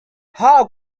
how